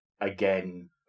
again